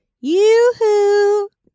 Yoo-hoo